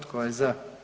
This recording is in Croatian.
Tko je za?